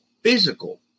physical